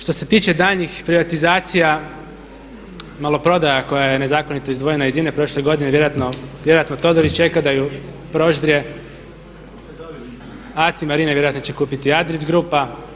Što se tiče daljnjih privatizacija, maloprodaja koja je nezakonito izdvojena iz INE prošle godine vjerojatno Todorić čeka da je proždire, ACI MARINA vjerojatno će kupiti ADRIS GRUPA.